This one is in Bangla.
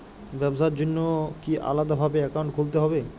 ব্যাবসার জন্য কি আলাদা ভাবে অ্যাকাউন্ট খুলতে হবে?